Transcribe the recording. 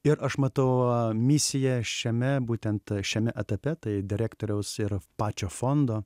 ir aš matau misiją šiame būtent šiame etape tai direktoriaus ir pačio fondo